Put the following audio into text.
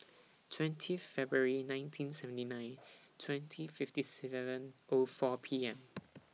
twenty February nineteen seventy nine twenty fifty seven O four P M